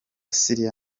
syria